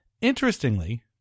Interestingly